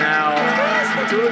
Now